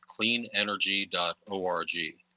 cleanenergy.org